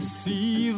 see